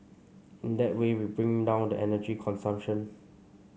in that way we bring down the energy consumption